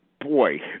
Boy